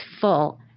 full